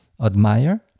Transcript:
admire